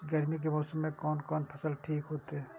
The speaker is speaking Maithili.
गर्मी के मौसम में कोन कोन फसल ठीक होते?